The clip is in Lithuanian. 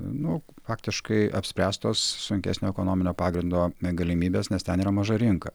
nu faktiškai apspręstos sunkesnio ekonominio pagrindo galimybės nes ten yra maža rinka